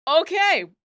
Okay